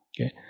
Okay